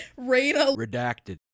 Redacted